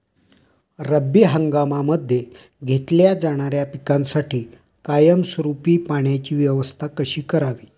रब्बी हंगामामध्ये घेतल्या जाणाऱ्या पिकांसाठी कायमस्वरूपी पाण्याची व्यवस्था कशी करावी?